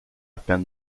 peine